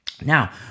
Now